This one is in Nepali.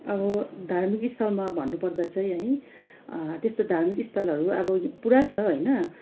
अब धार्मिक स्थलमा भन्नुपर्दा चाहिँ है त्यस्तो धार्मिक स्थलहरू अब पुरा छ होइन